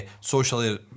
socially